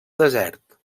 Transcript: desert